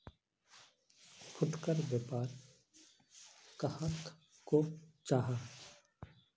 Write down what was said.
फुटकर व्यापार कहाक को जाहा?